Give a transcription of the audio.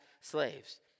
slaves